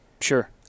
Sure